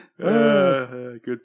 Good